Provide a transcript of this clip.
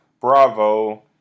bravo